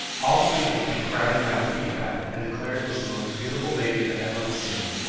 all the people came crowding round to peep at it, and declared it was the most beautiful baby that ever was seen.